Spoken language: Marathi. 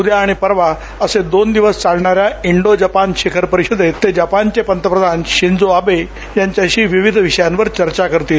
उद्या आणि परवा असे दोन दिवस चालणाऱ्या इंडो जपान शिखर परिषदेत ते जपानचे पतप्रधान शिजो आबे यांच्याशी विविध विषयावर चर्चा करतील